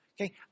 Okay